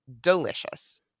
delicious